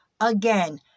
Again